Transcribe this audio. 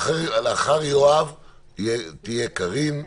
לאחר יואב תהיה קארין,